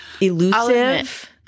elusive